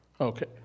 Okay